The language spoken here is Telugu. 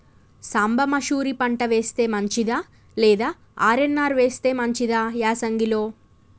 సాంబ మషూరి పంట వేస్తే మంచిదా లేదా ఆర్.ఎన్.ఆర్ వేస్తే మంచిదా యాసంగి లో?